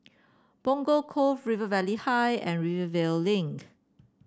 Punggol Cove River Valley High and Rivervale Link